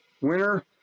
Winner